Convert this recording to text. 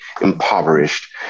impoverished